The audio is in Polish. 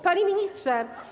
Panie Ministrze!